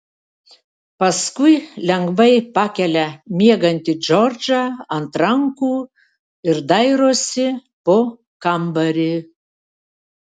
paskui lengvai pakelia miegantį džordžą ant rankų ir dairosi po kambarį